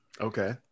Okay